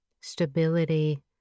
stability